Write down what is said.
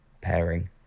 pairing